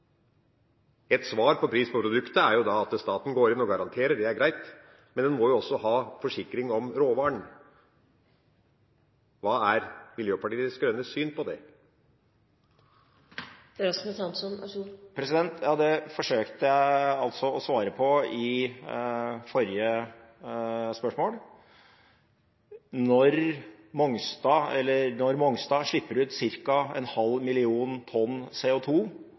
er jo at staten går inn og garanterer. Det er greit. Men man må også ha forsikring om råvaren. Hva er Miljøpartiet De Grønnes syn på det? Det forsøkte jeg å svare på etter forrige spørsmål. Når Mongstad slipper ut ca. en halv million tonn CO2 pr. driftsår, er mengden på tilførselen av råvare en halv million tonn